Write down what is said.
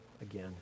again